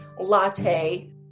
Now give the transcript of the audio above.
latte